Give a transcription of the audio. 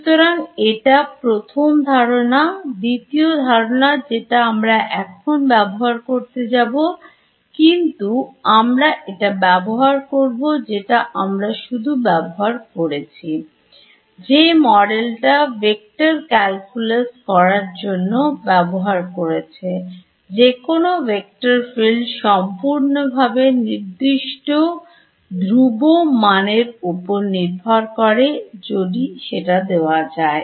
সুতরাং এটা প্রথম ধারণা তৃতীয় ধারণা যেটা আমরা এখন ব্যবহার করতে যাব কিন্তু আমরা এটা ব্যবহার করব যেটা আমরা শুরুতে ব্যবহার করেছি যে মডেলটা ভেক্টর ক্যালকুলাস করার জন্য ব্যবহার করেছে যেকোনো ভেক্টর ফিল্ড সম্পূর্ণভাবে নির্দিষ্ট ধ্রুব মানের উপর নির্ভর করে যদি সেটা দেওয়া যায়